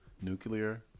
Nuclear